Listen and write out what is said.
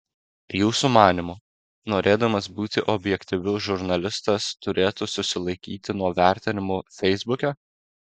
jūsų manymu norėdamas būti objektyviu žurnalistas turėtų susilaikyti nuo vertinimų feisbuke